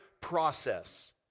process